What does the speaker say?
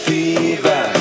Fever